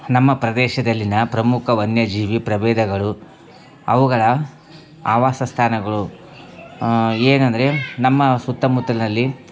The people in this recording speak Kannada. ನಮ್ಮ ಪ್ರದೇಶದಲ್ಲಿನ ಪ್ರಮುಖ ವನ್ಯಜೀವಿ ಪ್ರಭೇದಗಳು ಅವುಗಳ ಆವಾಸ ಸ್ಥಾನಗಳು ಏನಂದರೆ ನಮ್ಮ ಸುತ್ತಮುತ್ತಲಿನಲ್ಲಿ